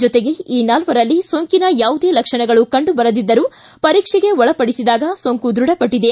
ಜೊತೆಗೆ ಈ ನಾಲ್ವರಲ್ಲಿ ಸೋಂಕಿನ ಯಾವುದೇ ಲಕ್ಷಣಗಳು ಕಂಡು ಬರದಿದ್ದರೂ ಪರೀಕ್ಷೆಗೆ ಒಳಪಡಿಸಿದಾಗ ಸೋಂಕು ದೃಢಪಟ್ಟದೆ